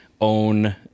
own